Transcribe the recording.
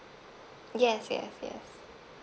yes yes yes